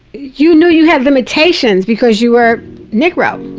you knew you had limitations because you were negro.